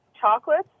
chocolates